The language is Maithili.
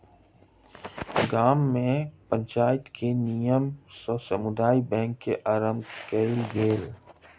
गाम में पंचायत के निर्णय सॅ समुदाय बैंक के आरम्भ कयल गेल